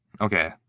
Okay